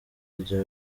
rya